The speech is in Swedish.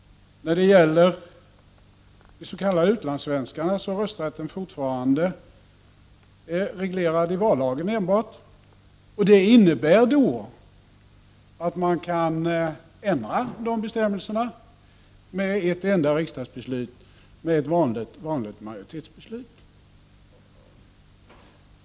När det gäller de s.k. utlandssvenskarna är rösträtten fortfarande enbart reglerad i vallagen. Det innebär att man kan ändra de bestämmelserna med ett enda riksdagsbeslut, med ett vanligt majoritetsbeslut.